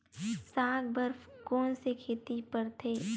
साग बर कोन से खेती परथे?